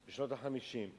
בשנות ה-50,